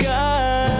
God